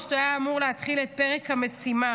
באוגוסט היה אמור להתחיל את פרק המשימה,